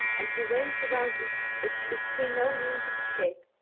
and he ranged around it, but could see no means of escape,